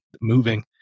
moving